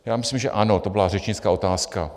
Já myslím, že ano, to byla řečnická otázka.